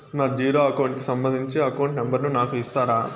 నా zero account కి సంబంధించి అకౌంట్ నెంబర్ ను నాకు ఇస్తారా